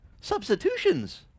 substitutions